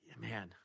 man